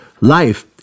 life